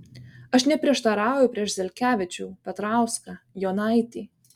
aš neprieštarauju prieš zelkevičių petrauską jonaitį